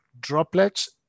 droplets